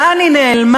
לאן היא נעלמה?